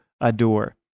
adore